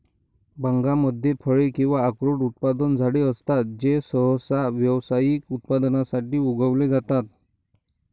बागांमध्ये फळे किंवा अक्रोड उत्पादक झाडे असतात जे सहसा व्यावसायिक उत्पादनासाठी उगवले जातात